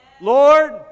Lord